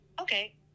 Okay